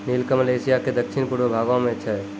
नीलकमल एशिया के दक्खिन पूर्वी भागो मे छै